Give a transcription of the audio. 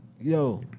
yo